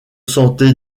santé